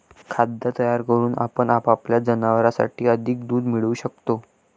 खाद्य तयार करून आपण आपल्या जनावरांसाठी अधिक दूध मिळवू शकतो